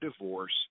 divorce